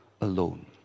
alone